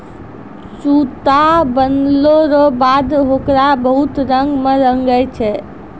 सूता बनलो रो बाद होकरा बहुत रंग मे रंगै छै